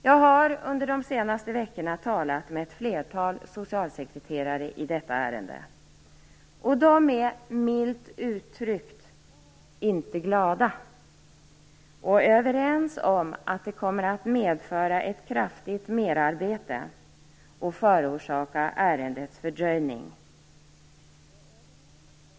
Jag har under de senaste veckorna talat med ett flertal socialsekreterare om detta ärende. De är - milt uttryckt - inte glada, och de är överens om att detta kommer att medföra ett kraftigt merarbete och orsaka en fördröjning av ärendena.